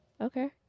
Okay